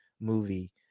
movie